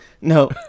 No